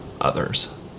others